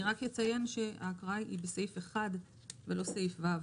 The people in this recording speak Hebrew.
אני רק אציין שההקראה היא בסעיף 1 ולא סעיף ו'.